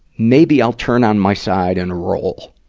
maybe i'll turn on my side and roll.